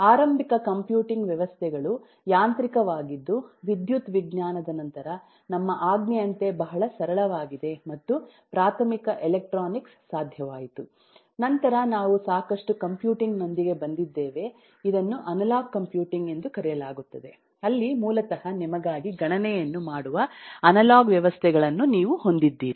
ಆರಂಭಿಕ ಕಂಪ್ಯೂಟಿಂಗ್ ವ್ಯವಸ್ಥೆಗಳು ಯಾಂತ್ರಿಕವಾಗಿದ್ದು ವಿದ್ಯುತ್ ವಿಜ್ಞಾನದ ನಂತರ ನಮ್ಮ ಆಜ್ಞೆಯಂತೆ ಬಹಳ ಸರಳವಾಗಿದೆ ಮತ್ತು ಪ್ರಾಥಮಿಕ ಎಲೆಕ್ಟ್ರಾನಿಕ್ಸ್ ಸಾಧ್ಯವಾಯಿತು ನಂತರ ನಾವು ಸಾಕಷ್ಟು ಕಂಪ್ಯೂಟಿಂಗ್ ನೊಂದಿಗೆ ಬಂದಿದ್ದೇವೆ ಇದನ್ನು ಅನಲಾಗ್ ಕಂಪ್ಯೂಟಿಂಗ್ ಎಂದು ಕರೆಯಲಾಗುತ್ತದೆ ಅಲ್ಲಿ ಮೂಲತಃ ನಿಮಗಾಗಿ ಗಣನೆಯನ್ನು ಮಾಡುವ ಅನಲಾಗ್ ವ್ಯವಸ್ಥೆಗಳನ್ನು ನೀವು ಹೊಂದಿದ್ದೀರಿ